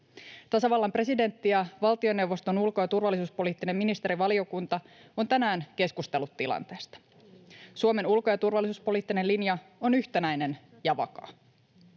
Tasavallan presidentti ja valtioneuvoston ulko- ja turvallisuuspoliittinen ministerivaliokunta on tänään keskustellut tilanteesta. Suomen ulko- ja turvallisuuspoliittinen linja on yhtenäinen ja vakaa.